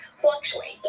fluctuate